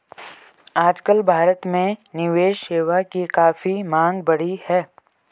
आजकल भारत में निवेश सेवा की काफी मांग बढ़ी है